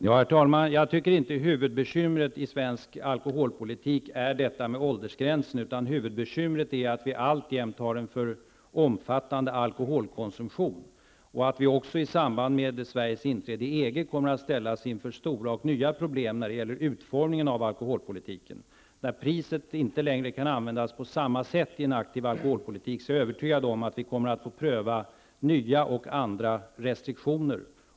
Herr talman! Huvudbekymret i svensk alkoholpolitik är inte åldersgränsen, utan att alkoholkonsumtionen alltjämt är för omfattande. I samband med Sveriges inträde i EG kommer vi att ställas inför stora och nya problem när det gäller utformningen av alkoholpolitiken. När priset inte längre kan användas på samma sätt i en aktiv alkoholpolitik, är jag övertygad om att vi måste pröva nya och andra restriktioner.